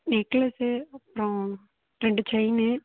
necklace அப்புறோம் ரெண்டு chain